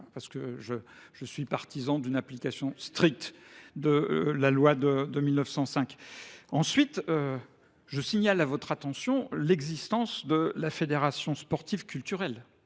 parce que je suis partisan d’une application stricte de la loi de 1905. Ensuite, je signale à votre attention l’existence de la Fédération sportive et culturelle